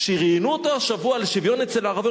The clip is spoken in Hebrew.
כשראיינו אותו השבוע לשוויון אצל הערבים,